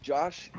Josh